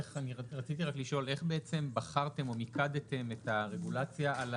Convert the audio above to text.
רציתי לשאול, איך בחרתם או מיקדתם את הרגולציה על